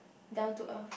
down to earth